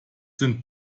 sind